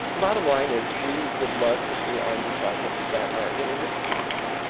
the bottom line is we would love to see r and d projects that are interdisciplinary. and,